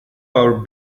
our